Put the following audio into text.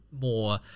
more